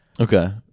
Okay